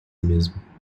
mesmo